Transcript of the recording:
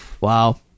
Wow